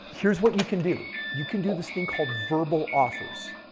here's what you can do. you can do this thing called verbal offers.